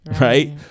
right